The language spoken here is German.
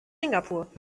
singapur